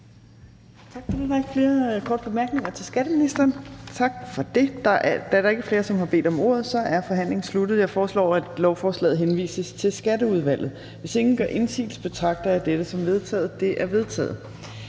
Da der ikke er flere, som har bedt om ordet, er forhandlingen sluttet. Jeg foreslår, at lovforslaget henvises til Skatteudvalget. Hvis ingen gør indsigelse, betragter jeg dette som vedtaget. Det er vedtaget.